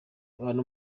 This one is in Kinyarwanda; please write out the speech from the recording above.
abantu